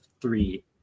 three